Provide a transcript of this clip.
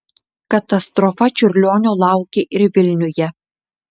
katastrofa čiurlionio laukė ir vilniuje